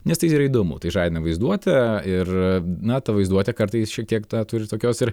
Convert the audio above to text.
nes tai yra įdomu tai žadina vaizduotę ir na ta vaizduotė kartais šiek tiek tą turi tokios ir